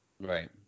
Right